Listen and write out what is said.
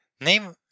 Name